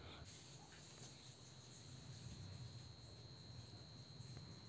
पोषण तत्व एक पारदर्शक पदार्थ असा तो जेली बनवूक वापरतत